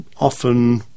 often